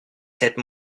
cette